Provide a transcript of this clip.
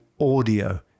audio